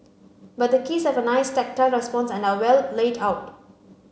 but the keys have a nice tactile response and are well laid out